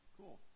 cool